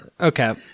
Okay